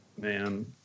Man